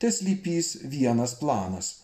teslypįs vienas planas